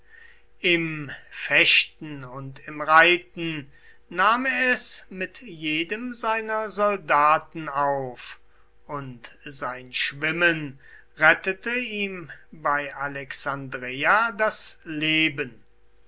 im fechten und im reiten nahm er es mit jedem seiner soldaten auf und sein schwimmen rettete ihm bei alexandreia das leben